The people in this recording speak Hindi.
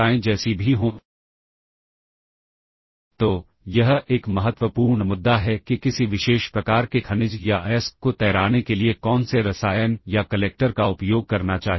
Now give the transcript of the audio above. आगे हम एक बहुत जरूरी कांसेप्ट को देखेंगे जिसे सब रूटीन कहा जाता है